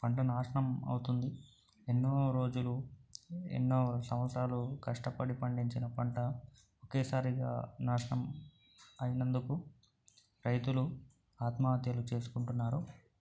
పంట నాశనం అవుతుంది ఎన్నో రోజులు ఎన్నో సంవత్సరాలు కష్టపడి పండించిన పంట ఒకేసారిగా నాశనం అయినందుకు రైతులు ఆత్మహత్యలు చేసుకుంటున్నారు